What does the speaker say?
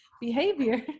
Behavior